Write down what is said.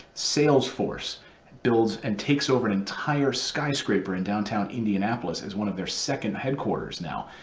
salesforce builds and takes over an entire skyscraper in downtown indianapolis is one of their second headquarters now,